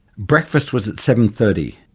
breakfast was at seven. thirty,